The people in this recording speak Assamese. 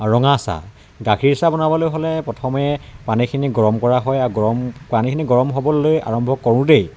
ৰঙা চাহ গাখীৰ চাহ বনাবলৈ হ'লে প্ৰথমে পানীখিনি গৰম কৰা হয় আৰু গৰম পানীখিনি গৰম হ'বলৈ আৰম্ভ কৰোঁতেই